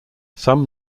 some